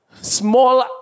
small